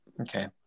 okay